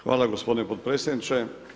Hvala gospodine potpredsjedniče.